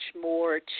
more